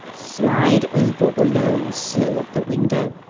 slide over the low sill of the window,